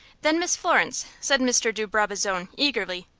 then, miss florence, said mr. de brabazon, eagerly,